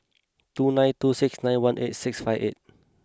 two nine two six nine one eight six five eight